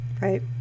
Right